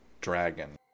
dragon